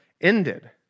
ended